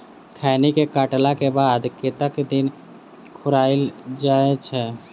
खैनी केँ काटला केँ बाद कतेक दिन सुखाइल जाय छैय?